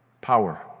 Power